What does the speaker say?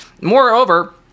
Moreover